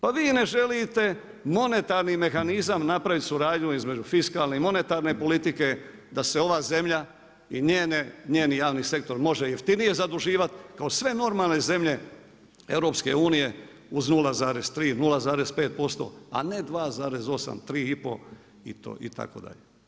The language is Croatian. Pa vi ne želite monetarni mehanizam napraviti suradnju između fiskalne i monetarne politike da se ova zemlja i njeni javni sektor može jeftinije zaduživat kao sve normalne zemlje EU uz 0,3, 0,5%, a ne 2,8, 3,5 itd.